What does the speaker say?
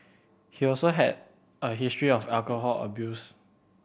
he also had a history of alcohol abuse